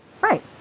Right